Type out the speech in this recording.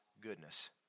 goodness